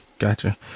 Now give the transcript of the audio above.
Gotcha